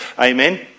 Amen